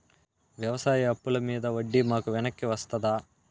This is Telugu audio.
వ్యవసాయ అప్పుల మీద వడ్డీ మాకు వెనక్కి వస్తదా?